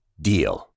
DEAL